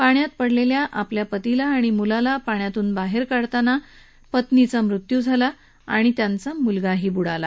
पाण्यात पडलेल्या आपल्या पतीला आणि मुलाला पाण्यातून बाहेर काढताना पत्नीचा मृत्यू झाला तर मुलगाही बुडाला